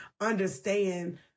understand